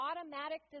automatic